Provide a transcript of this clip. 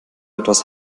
etwas